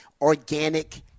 organic